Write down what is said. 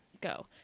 go